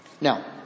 Now